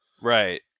Right